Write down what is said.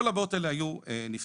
כל הבעיות האלה היו נפתרות.